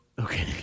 Okay